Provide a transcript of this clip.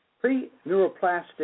pre-neuroplastic